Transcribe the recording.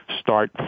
start